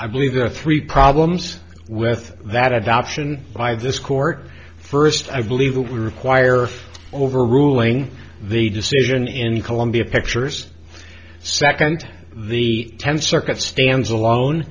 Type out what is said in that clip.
i believe there are three problems with that adoption by this court first i believe will require overruling the decision in the columbia pictures second the tenth circuit stands alone